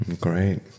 great